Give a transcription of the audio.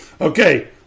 Okay